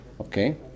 Okay